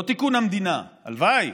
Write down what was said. לא תיקון המדינה, הלוואי,